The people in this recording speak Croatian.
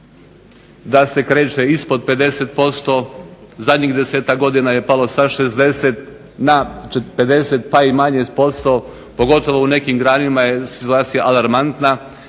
da se kreće ispod 50%. Zadnjih 10-tak godina je palo sa 60 na 50 pa i manje posto, pogotovo u nekim granama je situacija alarmantna